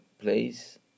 place